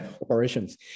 Operations